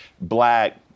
black